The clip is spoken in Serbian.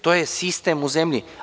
To je sistem u zemlji.